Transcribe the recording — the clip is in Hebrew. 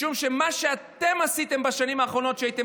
משום שמה שאתם עשיתם בשנים האחרונות כשהייתם